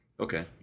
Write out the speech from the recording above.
Okay